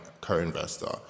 co-investor